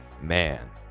Man